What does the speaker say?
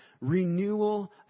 Renewal